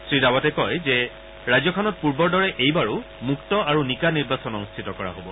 শ্ৰীৰাৱাটে কয় যে ৰাজ্যখনত পূৰ্বৰ দৰে এইবাৰো মুক্ত আৰু নিকা নিৰ্বাচন অনূষ্ঠিত কৰা হ'ব